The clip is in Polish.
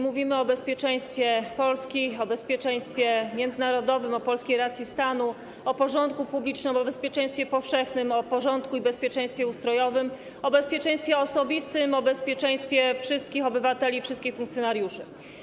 Mówimy o bezpieczeństwie Polski, o bezpieczeństwie międzynarodowym, o polskiej racji stanu, o porządku publicznym, o bezpieczeństwie powszechnym, o porządku i bezpieczeństwie ustrojowym, o bezpieczeństwie osobistym, o bezpieczeństwie wszystkich obywateli i wszystkich funkcjonariuszy.